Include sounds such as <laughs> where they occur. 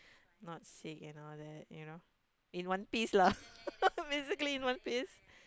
not sick and all that you know in one piece lah <laughs> basically in one piece